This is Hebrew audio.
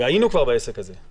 והיינו כבר בעסק הזה,